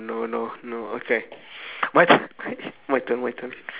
no no no okay my turn my turn my turn